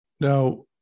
Now